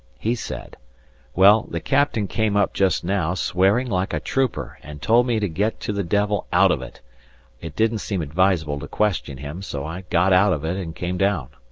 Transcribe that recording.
he said well, the captain came up just now, swearing like a trooper, and told me to get to the devil out of it it didn't seem advisable to question him, so i got out of it and came down.